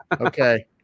Okay